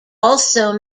also